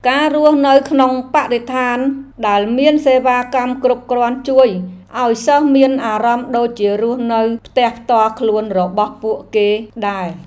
ការរស់នៅក្នុងបរិស្ថានដែលមានសេវាកម្មគ្រប់គ្រាន់ជួយឱ្យសិស្សមានអារម្មណ៍ដូចជារស់នៅផ្ទះផ្ទាល់ខ្លួនរបស់ពួកគេដែរ។